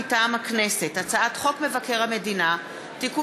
מטעם הכנסת: הצעת חוק מבקר המדינה (תיקון